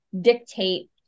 dictate